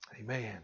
Amen